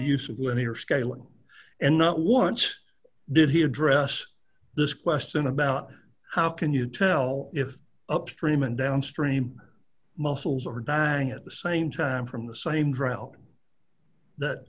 the use of linear scaling and not once did he address this question about how can you tell if upstream and downstream muscles are dying at the same time from the same drought that